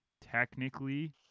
technically